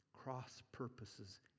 cross-purposes